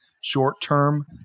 short-term